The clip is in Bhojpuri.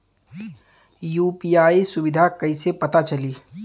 यू.पी.आई सुबिधा कइसे पता चली?